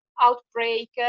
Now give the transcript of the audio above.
outbreak